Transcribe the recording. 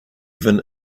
even